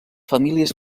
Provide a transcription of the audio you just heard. famílies